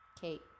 Kate